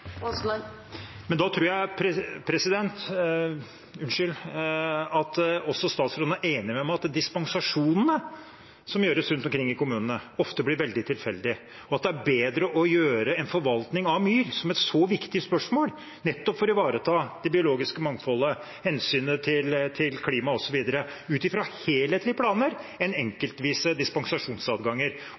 Da tror jeg at statsråden er enig med meg i at dispensasjonene som gis rundt omkring i kommunene, ofte blir veldig tilfeldige, og at når det gjelder forvaltning av myr, som er et så viktig spørsmål for å ivareta det biologiske mangfoldet og av hensyn til klimaet osv., er det bedre å gjøre det ut fra helhetlige planer enn dispensasjonsadganger